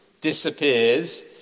disappears